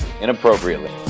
inappropriately